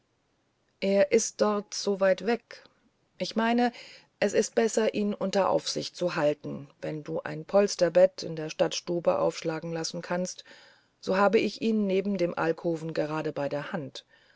er ist dort so weit weg ich meine es ist besser ihn unter aufsicht zu halten wenn du ein polsterbett in der stadtstube aufschlagen lassen kannst habe ich ihn neben dem alkoven gerade bei der hand